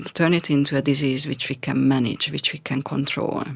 and turn it into a disease which we can manage, which we can control, and